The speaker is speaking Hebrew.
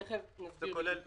תיכף נסביר איך.